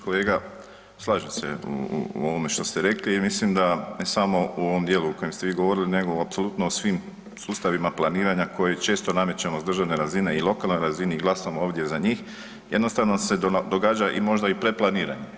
Kolega, slažem se u, u, u ovome što ste rekli jer mislim da, ne samo u ovom dijelu o kojem ste vi govorili nego apsolutno o svim sustavima planiranja koji često namećemo s državne razine i lokalne razini i glasamo ovdje za njih, jednostavno se događa i možda i predplaniranje.